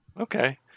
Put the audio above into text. Okay